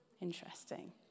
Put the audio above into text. Interesting